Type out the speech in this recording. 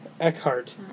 Eckhart